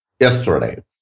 yesterday